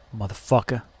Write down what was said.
motherfucker